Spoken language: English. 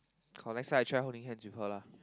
or next time I try holding hands with her lah